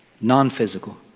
Non-physical